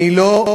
אני לא,